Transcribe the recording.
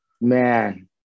man